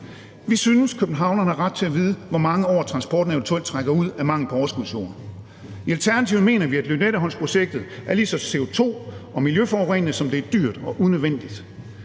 Vi synes, at københavnerne har ret til at vide, hvor mange år transporten eventuelt trækker ud af mangel på overskudsjord. I Alternativet mener vi, at Lynetteholmprojektet er lige så CO2- og miljøforurenende, som det er dyrt og unødvendigt.